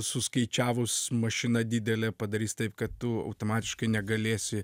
suskaičiavus mašina didelė padarys taip kad tu automatiškai negalėsi